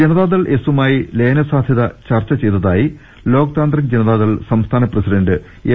ജനതാദൾ എസുമായി ലയന സാധ്യത ചർച്ച ചെയ്തതായി ലോക് താന്ത്രിക് ജനതാദൾ സംസ്ഥാന പ്രസിഡന്റ് എം